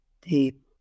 deep